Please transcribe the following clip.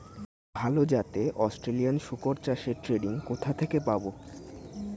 ভালো জাতে অস্ট্রেলিয়ান শুকর চাষের ট্রেনিং কোথা থেকে পাব?